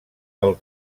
pel